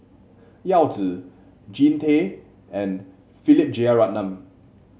Yao Zi Jean Tay and Philip Jeyaretnam